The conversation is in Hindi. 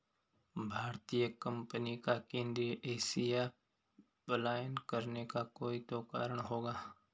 भारतीय कंपनी का केंद्रीय एशिया पलायन करने का कोई तो कारण होगा